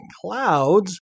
clouds